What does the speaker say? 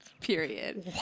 period